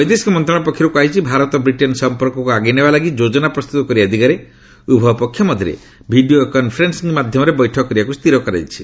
ବୈଦେଶିକ ମନ୍ତ୍ରଣାଳୟ ପକ୍ଷରୁ କୁହାଯାଇଛି ଭାରତ ବ୍ରିଟେନ୍ ସମ୍ପର୍କକୁ ଆଗେଇ ନେବାଲାଗି ଯୋଜନା ପ୍ରସ୍ତୁତ କରିବା ଦିଗରେ ଉଭୟ ପକ୍ଷ ମଧ୍ୟରେ ଭିଡ଼ିଓ କନ୍ଫରେନ୍ନିଂ ମାଧ୍ୟମରେ ବୈଠକ କରିବାକୁ ସ୍ଥିର କରାଯାଇଛି